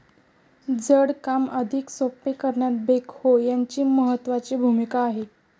जड काम अधिक सोपे करण्यात बेक्हो यांची महत्त्वाची भूमिका आहे